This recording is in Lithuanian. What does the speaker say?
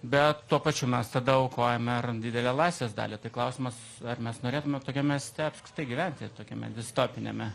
bet tuo pačiu mes tada aukojame ir didelę laisvės dalį tai klausimas ar mes norėtume tokiam mieste apskritai gyventi tokiame distopiniame